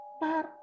par